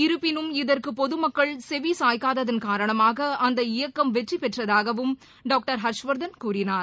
இருப்பினும் இதற்குபொதுமக்கள் செவிசாய்க்காததன் காரணமாகஅந்த இயக்கம் வெற்றிபெற்றதாகவும் டாக்டர் ஹர்ஷ்வர்தன் கூறினார்